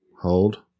Hold